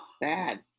bad